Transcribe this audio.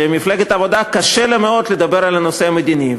ומפלגת העבודה קשה לה מאוד לדבר על הנושא המדיני.